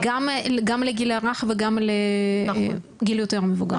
גם לגיל הרך וגם לגיל יותר מבוגר?